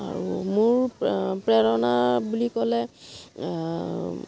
আৰু মোৰ প্ৰেৰণা বুলি ক'লে